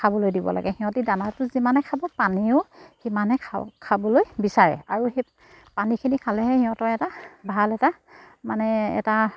খাবলৈ দিব লাগে সিহঁতি দানাটো যিমানে খাব পানীও সিমানে খাবলৈ বিচাৰে আৰু সেই পানীখিনি খালেহে সিহঁতৰ এটা ভাল এটা মানে এটা